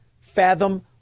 fathom